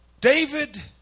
David